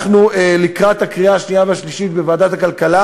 לקראת הקריאה השנייה השלישית בוועדת הכלכלה